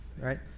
right